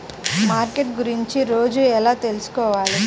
Market గురించి రోజు ఎలా తెలుసుకోవాలి?